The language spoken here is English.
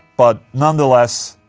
but nonetheless.